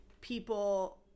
people